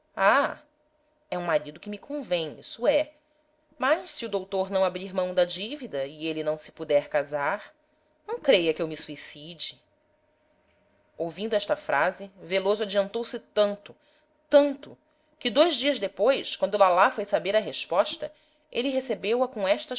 é um marido que me convém isso é mas se o doutor não abrir mão da dívida e ele não se puder casar não creia que eu me suicide ouvindo esta frase veloso adiantou-se tanto tanto que dois dias depois quando lalá foi saber a resposta ele recebeu-a com estas